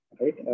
right